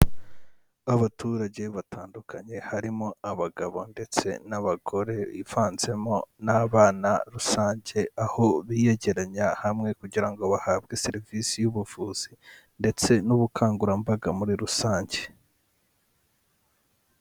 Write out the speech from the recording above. Abaturage batandukanye harimo abagabo ndetse n'abagore bivanzemo n'abana rusange, aho biyegeranya hamwe kugira ngo bahabwe serivisi y'ubuvuzi ndetse n'ubukangurambaga muri rusange.